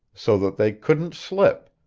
so that they couldn't slip,